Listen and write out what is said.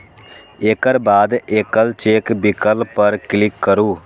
एकर बाद एकल चेक विकल्प पर क्लिक करू